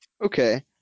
Okay